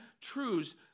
truths